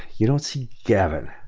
you don't see gavin.